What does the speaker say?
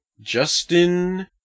Justin